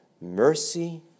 mercy